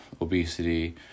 obesity